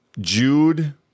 Jude